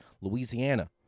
Louisiana